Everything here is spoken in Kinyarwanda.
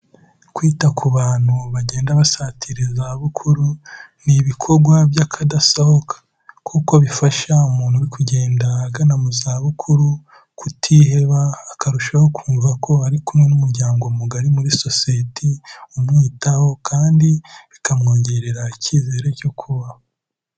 Kwita ku bantu bagenda basatira izabukuru ni ibikogwa by'akadasohoka. Kuko bifasha umuntu uri kugenda agana mu zabukuru, kutiheba, akarushaho kumva ko ari kumwe n'umuryango mugari muri sosiyete umwitaho kandi bikamwongerera icyizere cyo kubaho.